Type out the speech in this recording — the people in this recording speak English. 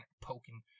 poking